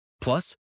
Plus